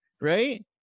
right